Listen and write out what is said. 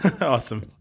Awesome